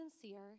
sincere